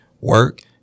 work